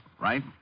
right